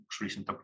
recent